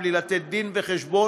בלי לתת דין-וחשבון?